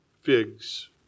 figs